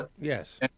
Yes